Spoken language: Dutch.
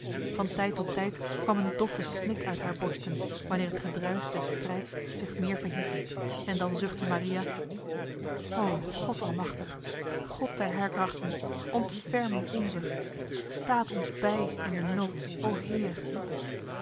van tijd tot tijd kwam een doffe snik uit haar borsten wanneer het gedruis des strijds zich meer verhief en dan zuchtte maria o god almachtig god der heirkrachten ontferm u onzer staat ons bij in de nood o heer